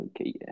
okay